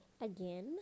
again